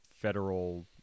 federal